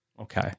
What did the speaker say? Okay